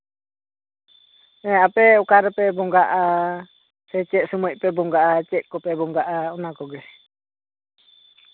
ᱥᱮ ᱟᱯᱮ ᱚᱠᱟ ᱨᱮᱯᱮ ᱵᱚᱸᱜᱟᱜᱼᱟ ᱥᱮ ᱪᱮᱫ ᱥᱚᱢᱚᱭ ᱯᱮ ᱵᱚᱸᱜᱟᱼᱟ ᱪᱮᱫ ᱠᱚᱯᱮ ᱵᱚᱸᱜᱟᱜᱼᱟ ᱚᱱᱟ ᱠᱚᱜᱮ